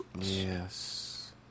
Yes